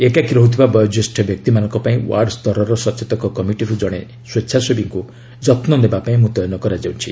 ଏକାକୀ ରହୁଥିବା ବୟୋଜ୍ୟେଷ୍ଠ ବ୍ୟକ୍ତିମାନଙ୍କ ପାଇଁ ୱାର୍ଡ୍ ସ୍ତରର ସଚେତକ କମିଟିରୁ ଜଣେ ସ୍ୱଚ୍ଛାସେବୀଙ୍କୁ ଯତ୍ନ ନେବା ପାଇଁ ମୁତୟନ କରାଯାଉଛି